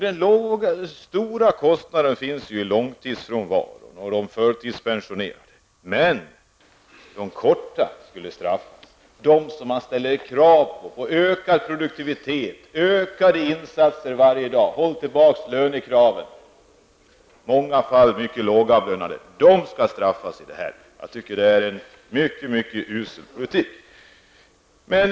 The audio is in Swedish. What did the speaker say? Den stora kostnaden förorsakar ju långtidsfrånvaron och de förtidspensionerade, men de som har korttidsfrånvaro skulle straffas; de som man varje dag avkräver ökad produktivitet och restriktivitet med lönekraven, trots att de i många fall är mycket lågavlönade. De skall straffas! Jag tycker det är en mycket usel politik.